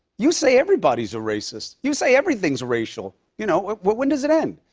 you say everybody is a racist. you say everything is racial. you know when does it end?